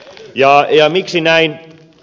ja miksi näin